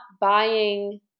buying